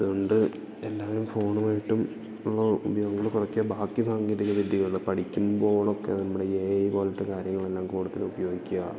അതുകൊണ്ട് എല്ലാവരും ഫോണുമായിട്ടും ഉള്ള ഉപയോഗങ്ങള് കുറക്കാൻ ബാക്കി സാങ്കേതികവിദ്യകള് പഠിക്കുമ്പോളൊക്കെ നമ്മുടെ എ ഐ പോലത്തെ കാര്യങ്ങളെല്ലാം കൂടുതൽ ഉപയോഗിക്കുക